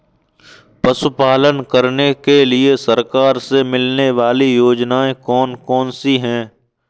पशु पालन करने के लिए सरकार से मिलने वाली योजनाएँ कौन कौन सी हैं?